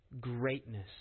greatness